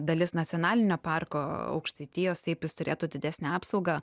dalis nacionalinio parko aukštaitijos taip jis turėtų didesnę apsaugą